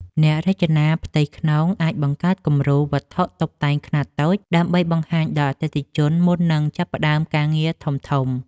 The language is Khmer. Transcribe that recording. អ្នករចនាផ្ទៃក្នុងអាចបង្កើតគំរូវត្ថុតុបតែងខ្នាតតូចដើម្បីបង្ហាញដល់អតិថិជនមុននឹងចាប់ផ្តើមការងារធំៗ។